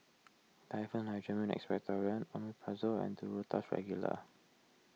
Diphenhydramine Expectorant Omeprazole and Duro Tuss Regular